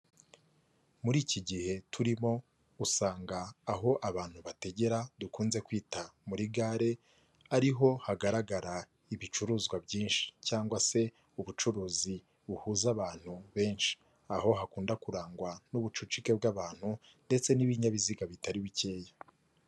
Muri iki gihe turimo usanga aho abantu bategera dukunze kwita muri gare ari ho hagaragara ibicuruzwa byinshi cyangwa se ubucuruzi buhuza abantu benshi, aho hakunda kurangwa n'ubucukike bw'abantu ndetse n'ibinyabiziga bitari bikeya.